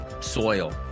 soil